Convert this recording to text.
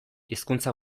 hizkuntza